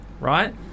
right